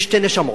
יש שתי נשמות: